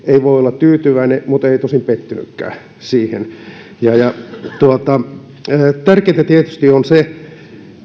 ei tietysti voi olla tyytyväinen mutta ei tosin pettynytkään tärkeintä tietysti on huomata se